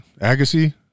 Agassi